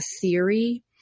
theory